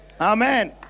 Amen